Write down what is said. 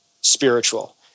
spiritual